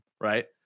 right